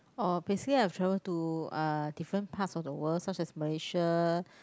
oh I've travel to uh different parts of the world such as Malaysia